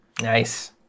Nice